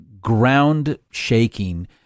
ground-shaking